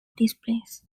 displays